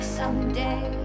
someday